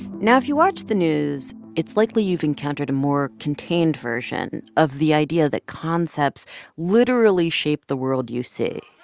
now, if you watch the news, it's likely you've encountered a more contained version of the idea that concepts concepts literally shape the world you see